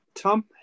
Tom